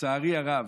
לצערי הרב,